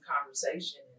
conversation